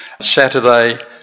Saturday